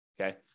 Okay